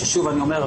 שוב אני אומר,